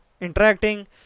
interacting